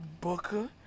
Booker